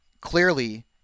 clearly